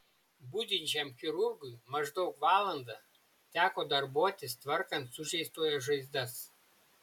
budinčiam chirurgui maždaug valandą teko darbuotis tvarkant sužeistojo žaizdas